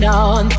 on